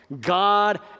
God